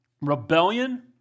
rebellion